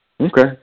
Okay